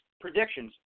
predictions